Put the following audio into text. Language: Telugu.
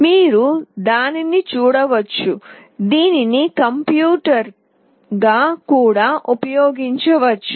మీరు దానిని చూడవచ్చు దీనిని కంప్యూటర్గా కూడా ఉపయోగించవచ్చు